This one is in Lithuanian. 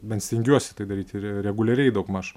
bent stengiuosi tai daryti re reguliariai daugmaž